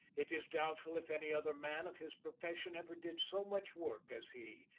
it is doubtful if any other man of his profession ever did so much work, as he,